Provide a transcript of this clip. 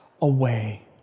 away